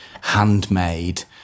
handmade